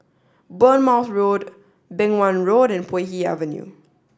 Bournemouth Road Beng Wan Road and Puay Hee Avenue